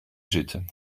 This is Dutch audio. zitten